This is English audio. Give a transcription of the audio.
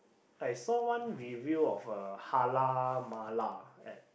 I saw one review of a halal Mala at